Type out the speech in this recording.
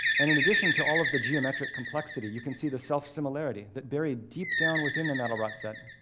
and in addition to all of the geometric complexity, you can see the self-similarity, that burried deep down within the mandelbrot set,